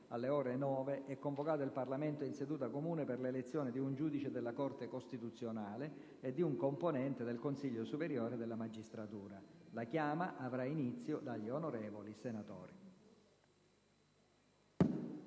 alle ore 9, è convocato il Parlamento in seduta comune per l'elezione di un giudice della Corte costituzionale e di un componente del Consiglio superiore della magistratura. La chiama avrà inizio dagli onorevoli Senatori.